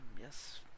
yes